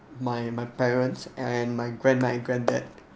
my my parents and my grandma grandad